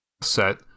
set